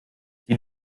die